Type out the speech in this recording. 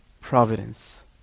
providence